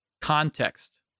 context